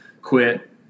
Quit